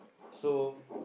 so